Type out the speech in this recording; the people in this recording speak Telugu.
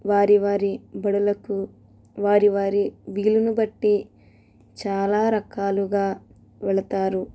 వారి వారి బడులకు వారి వారి వీలుని బట్టి చాలా రకాలుగా వెళతారు